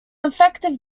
effective